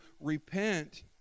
repent